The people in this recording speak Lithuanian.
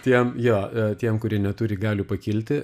tiem jo tiem kurie neturi galių pakilti